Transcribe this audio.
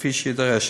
כפי שיידרש.